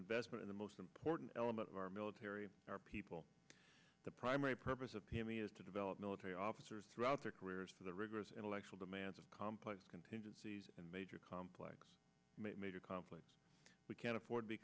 investment in the most important element of our military our people the primary purpose of to me is to develop military officers throughout their careers for the rigorous intellectual demands of complex contingencies and major complex major conflicts we can't afford